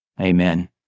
Amen